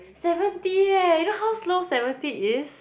seventy eh you know how slow seventy is